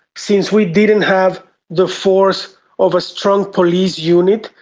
since we didn't have the force of a strong police unit,